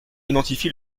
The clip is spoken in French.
identifie